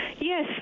Yes